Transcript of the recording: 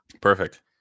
Perfect